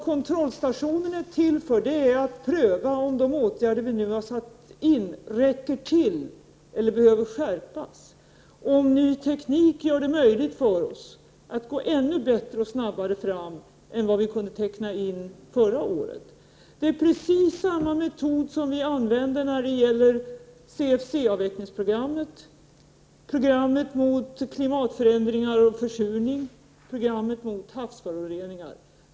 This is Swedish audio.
Kontrollstationen är till för att pröva om de åtgärder som vi nu har vidtagit räcker till eller behöver skärpas, om ny teknik gör det möjligt för oss att gå ännu bättre och snabbare fram än vad vi kunde räkna med förra året. Det är precis samma metod som vi använder när det gäller CFC-avvecklingsprogrammet, programmet mot klimatförändringar och försurning samt programmet mot havsföroreningar.